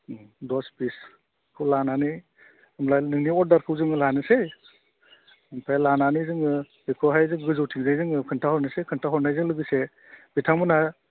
दस पिसखौ लानानै होमब्ला नोंनि अर्डारखौ जोङो लानोसै ओमफ्राय लानानै जोङो बेखौहाय जोङो गोजौथिंजाय जोङो खोन्थाहरनोसै खोन्थाहरनायजों लोगोसे बिथांमोना